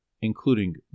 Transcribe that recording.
including